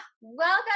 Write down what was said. welcome